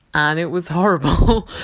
and it was horrible,